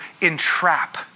entrap